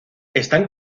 están